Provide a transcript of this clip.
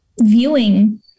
viewing